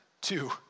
Two